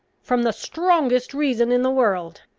from the strongest reason in the world.